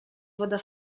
woda